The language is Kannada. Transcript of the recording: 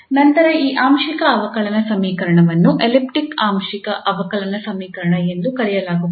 ನಂತರ ಈ ಆಂಶಿಕ ಅವಕಲನ ಸಮೀಕರಣವನ್ನು ಎಲಿಪ್ಟಿಕ್ ಆಂಶಿಕ ಅವಕಲನ ಸಮೀಕರಣ ಎಂದು ಕರೆಯಲಾಗುತ್ತದೆ